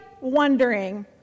wondering